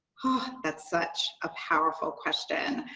that's such a powerful question.